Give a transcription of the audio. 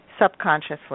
subconsciously